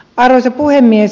arvoisa puhemies